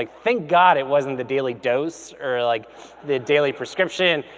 like thank god it wasn't the daily dose or like the daily prescription.